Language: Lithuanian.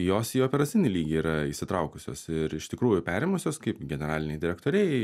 jos į operacinį lygį yra įsitraukusios ir iš tikrųjų perėmusios kaip generaliniai direktoriai